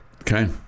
Okay